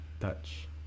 touch